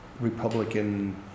Republican